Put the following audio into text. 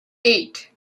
eight